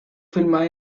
filmada